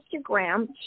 Instagram